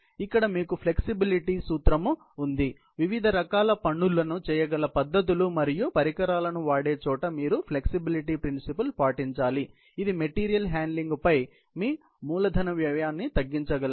ఇక్కడ మీకు ఫ్లెక్సిబిలిటీ సూత్రం ఉండాలి వివిధ రకాల పనులను చేయగల పద్ధతులు మరియు పరికరాలను వాడే చోట మీరు ఫ్లెక్సిబిలిటీ ప్రిన్సిపుల్ పాటించాలి ఇది మెటీరియల్ హ్యాండ్లింగ్ పై మీ మూలధన వ్యయాన్ని తగ్గించగలదు